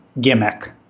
gimmick